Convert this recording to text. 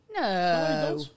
no